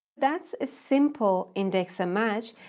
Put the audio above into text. that's a simple index and match,